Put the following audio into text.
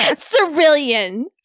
Cerulean